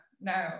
no